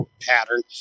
pattern